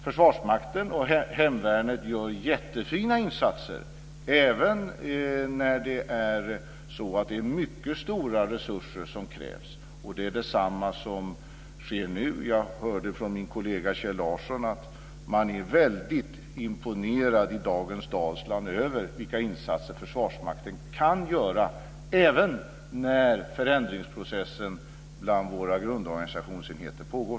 Försvarsmakten och hemvärnet gör jättefina insatser även när det är mycket stora resurser som krävs. Det är detsamma som sker nu. Jag hörde från min kollega Kjell Larsson att man i Dalsland i dag är väldigt imponerad över vilka insatser Försvarsmakten kan göra, även när förändringsprocessen bland våra grundorganisationsenheter pågår.